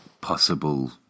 possible